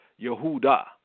Yehuda